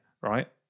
Right